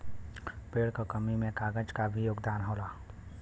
पेड़ क कमी में कागज क भी योगदान हौ